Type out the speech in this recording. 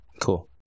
Cool